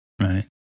right